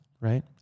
right